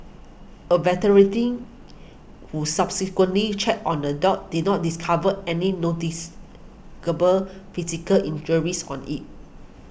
a who subsequently checked on the dog did not discover any physical injuries on it